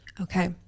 Okay